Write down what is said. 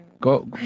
Go